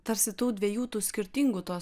tarsi tų dviejų tų skirtingų tos